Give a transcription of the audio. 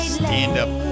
stand-up